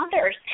others